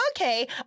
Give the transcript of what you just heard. okay